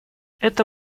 это